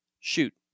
shoot